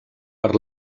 per